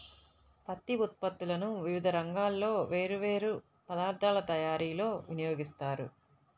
పత్తి ఉత్పత్తులను వివిధ రంగాల్లో వేర్వేరు పదార్ధాల తయారీలో వినియోగిస్తారు